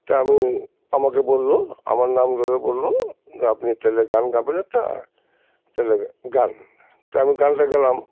তা আমি আমাকে বললো আমার নাম ধরে বললো যে আপনি তাহলে গান গাইবেন একটা তাহলে গান তা আমি গানটা গাইলাম